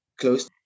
close